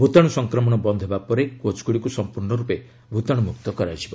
ଭୂତାଣୁ ସଂକ୍ରମଣ ବନ୍ଦ ହେବା ପରେ କୋଚ୍ଗୁଡ଼ିକୁ ସମ୍ପର୍ଣ୍ଣ ରୂପେ ଭୂତାଣୁ ମୁକ୍ତ କରାଯିବ